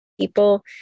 people